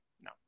No